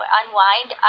unwind